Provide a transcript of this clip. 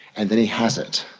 and then he has it.